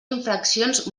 infraccions